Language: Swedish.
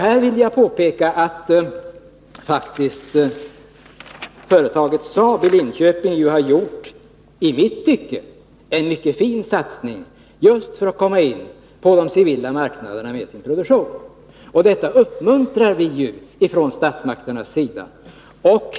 Jag vill påpeka att företaget Saab i Linköping faktiskt har gjort en i mitt tycke mycket fin satsning för att komma in på den civila marknaden med sin produktion. Detta uppmuntrar vi från statsmakternas sida.